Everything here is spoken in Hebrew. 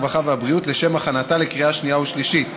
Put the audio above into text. הרווחה והבריאות לשם הכנתה לקריאה שנייה ושלישית.